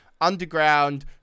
underground